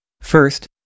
First